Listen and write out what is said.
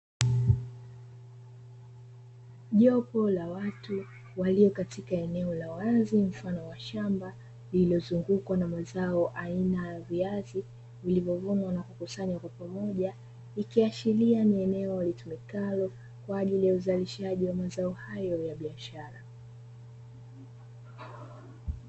Jopo la watu walio katika eneo la wazi mfano wa shamba lililozungukwa na mazao aina ya viazi vilivyovunwa na kukusanywa kwa pamoja, ikiashiria ni eneo litumikalo kwa ajili ya uzalishaji wa mazao hayo ya biashara.